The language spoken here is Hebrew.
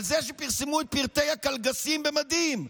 על זה שפרסמו את פרטי הקלגסים במדים,